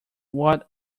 what